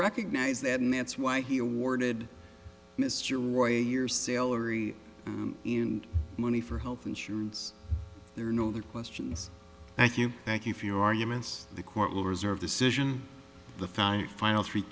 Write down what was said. recognize that and that's why he awarded mr roy your salary and money for health insurance there are no other questions thank you thank you for your arguments the court will reserve decision the five final three